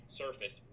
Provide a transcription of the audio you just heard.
surface